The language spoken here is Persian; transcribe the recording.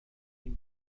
این